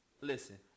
listen